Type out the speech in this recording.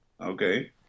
Okay